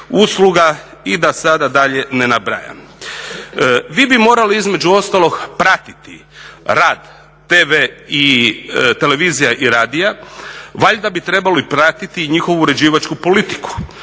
i da sada dalje ne nabrajam. Vi bi morali između ostalog pratiti rad tv, televizija i radija, valjda bi trebali pratiti i njihovu uređivačku politiku.